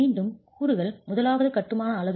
மீண்டும் கூறுகள் முதலாவது கட்டுமான அலகு